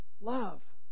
love